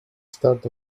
start